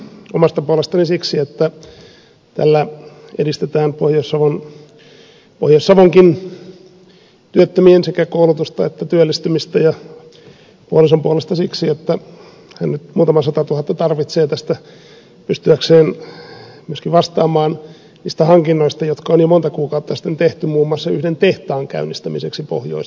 omasta puolestani siksi että tällä edistetään pohjois savonkin työttömien sekä koulutusta että työllistymistä ja puolison puolesta siksi että hän muutaman satatuhatta tarvitsee tästä pystyäkseen myöskin vastaamaan niistä hankinnoista jotka on jo monta kuukautta sitten tehty muun muassa yhden tehtaan käynnistämiseksi pohjois savossa